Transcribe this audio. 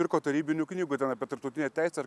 pirko tarybinių knygų ten apie tarptautinę teisę ar